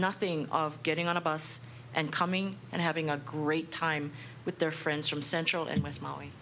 nothing of getting on a bus and coming and having a great time with their friends from central and west m